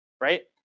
right